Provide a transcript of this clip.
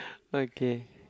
okay